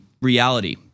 reality